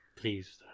Please